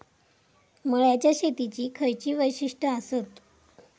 मळ्याच्या शेतीची खयची वैशिष्ठ आसत?